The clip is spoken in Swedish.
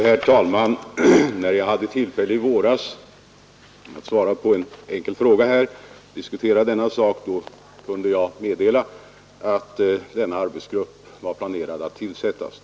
Herr talman! När jag i våras hade tillfälle att svara på en enkel fråga här och diskutera denna sak kunde jag meddela att arbetsgruppen var planerad att tillsättas.